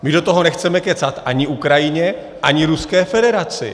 My do toho nechceme kecat ani Ukrajině, ani Ruské federaci.